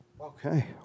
Okay